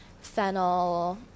fennel